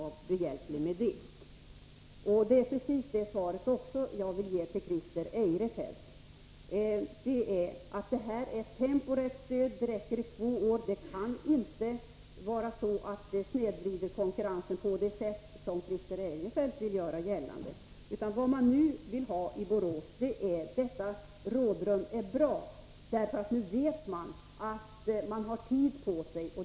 ä Förlängning av Det är precis samma svar som jag vill ge till Christer Eirefelt. Detta är ett drifttiden för Eisers temporärt stöd som räcker i två år. Det kan inte snedvrida konkurrensen på i Borås, m.m. det sätt som Christer Eirefelt vill göra gällande. Vad man nu vill ha i Borås är detta rådrum. Får man det vet man att man har tid på sig.